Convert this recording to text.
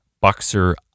Boxer